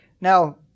Now